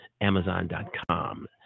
Amazon.com